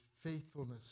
faithfulness